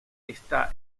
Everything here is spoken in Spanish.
está